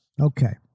Okay